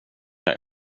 jag